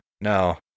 No